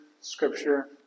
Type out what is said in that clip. scripture